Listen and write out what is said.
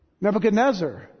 Nebuchadnezzar